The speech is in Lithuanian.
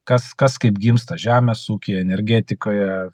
kas kas kaip gimsta žemės ūkyje energetikoje